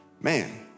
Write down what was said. Man